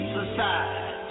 society